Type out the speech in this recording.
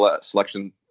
selection